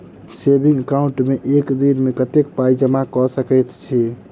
Saving account मे एक दिनमे कतेक पाई जमा कऽ सकैत छी?